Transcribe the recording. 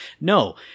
No